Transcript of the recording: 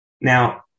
now